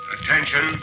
Attention